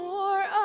More